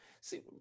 see